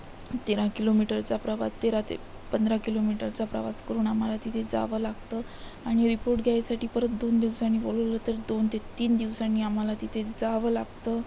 तेरा किलोमीटरचा प्रवास तेरा ते पंधरा किलोमीटरचा प्रवास करून आम्हाला तिथे जावं लागतं आणि रिपोर्ट घ्यायसाठी परत दोन दिवसानी बोलवलं तर दोन ते तीन दिवसांनी आम्हाला तिथे जावं लागतं